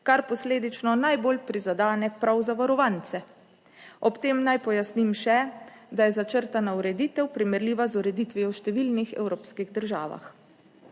kar posledično najbolj prizadene prav zavarovance. Ob tem naj pojasnim še, da je začrtana ureditev primerljiva z ureditvijo v številnih evropskih državah.